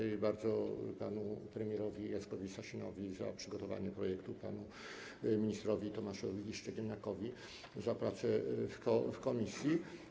Dziękuję bardzo panu premierowi Jackowi Sasinowi za przygotowanie projektu, panu ministrowi Tomaszowi Szczegielniakowi za pracę w komisji.